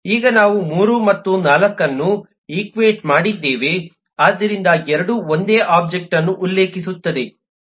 ಈಗ ನಾವು 3 ಮತ್ತು 4 ಅನ್ನು ಈಕ್ವಾಟೆ ಮಾಡಿದ್ದೇವೆ ಆದ್ದರಿಂದ ಎರಡೂ ಒಂದೇ ಒಬ್ಜೆಕ್ಟ್ವನ್ನು ಉಲ್ಲೇಖಿಸುತ್ತವೆ